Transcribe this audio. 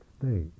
state